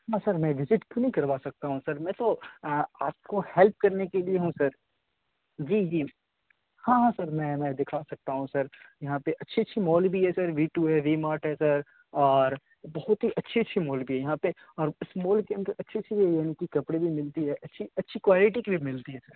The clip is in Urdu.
ہاں سر میں وزٹ تو نہیں کروا سکتا ہوں سر میں تو آپ کو ہیلپ کرنے کے لیے ہوں سر جی جی ہاں ہاں سر میں میں دکھا سکتا ہوں سر یہاں پہ اچھی اچھی مال بھی ہے سر وی ٹو ہے وی مارٹ ہے سر اور بہت ہی اچھی اچھی مال بھی ہے یہاں پہ اور اس مال کی اندر اچھی اچھی کی کپڑے بھی ملتی ہے اچھی اچھی کوالٹی کی بھی ملتی ہے سر